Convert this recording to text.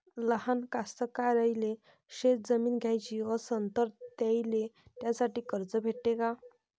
लहान कास्तकाराइले शेतजमीन घ्याची असन तर त्याईले त्यासाठी कर्ज भेटते का?